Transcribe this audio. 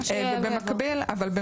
אבל,